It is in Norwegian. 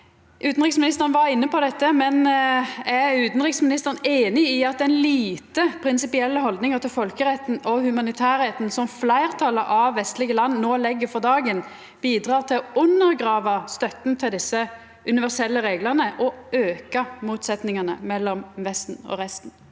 Utanriksministeren var inne på dette, men er utanriksministeren einig i at den lite prinsipielle haldninga til folkeretten og humanitærretten som fleirtalet av vestlege land no legg for dagen, bidreg til å undergrava støtta til desse universelle reglane og aukar motsetningane mellom Vesten og resten?